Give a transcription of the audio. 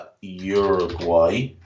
Uruguay